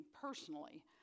personally